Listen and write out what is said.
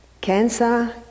Cancer